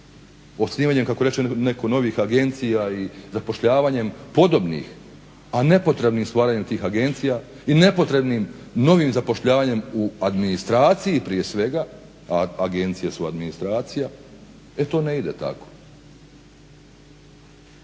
kako reče netko, novih agencija i zapošljavanjem podobnih, a nepotrebnim stvaranjem tih agencija i nepotrebnim novim zapošljavanjem u administraciji prije svega, a agencije su administracija, e to ne ide tako.